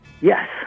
Yes